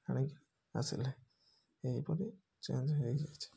ଆଣିକି ଆସିଲେ ଏହିପରି ଚେଞ୍ଜ ହେଇଯାଇଛି